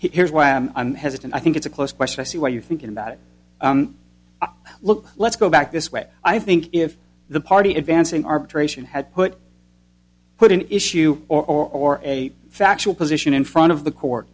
here's why i'm i'm hesitant i think it's a close question i see where you're thinking about it look let's go back this way i think if the party advancing arbitration had put put an issue or a factual position in front of the court